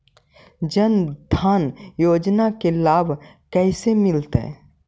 जन धान योजना के लाभ कैसे मिलतै?